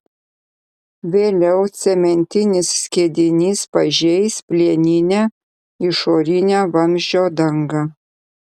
vėliau cementinis skiedinys pažeis plieninę išorinę vamzdžio dangą